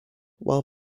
while